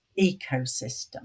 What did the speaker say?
ecosystem